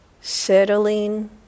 settling